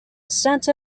santa